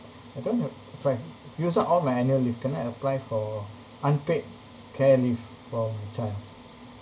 I don't have if I used up all my annual leave can I apply for unpaid care leave for my child